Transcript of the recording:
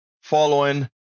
following